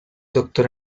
doctor